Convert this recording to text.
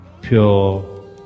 pure